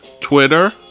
Twitter